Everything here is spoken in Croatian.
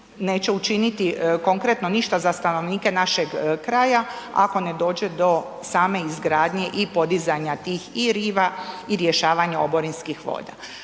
neće učiniti konkretno ništa za stanovnike našeg kraja, ako ne dođe do same izgradnje i podizanja tih i riva i rješavanja oborinskih voda.